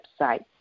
website